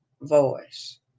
voice